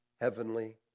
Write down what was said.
heavenly